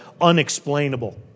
unexplainable